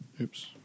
oops